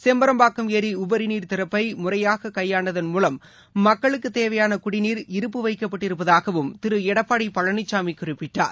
செம்பரம்பாக்கம் ஏரிஉபரிநீர் திறப்பைமுறையாககையாண்டதன் மூவம் மக்களுக்குதேவையானகுடிநீர் இருப்பு வைக்கப்பட்டிருப்பதாகவும் திருளடப்பாடிபழனிசாமிகுறிப்பிட்டார்